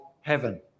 heaven